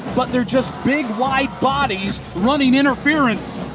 but they're just big, wide bodies running interference.